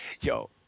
Yo